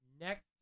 next